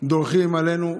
דורכים עלינו,